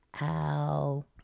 Ow